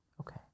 okay